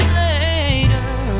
later